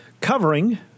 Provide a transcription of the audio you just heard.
covering